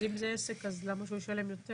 אז אם זה עסק, למה שהוא ישלם יותר?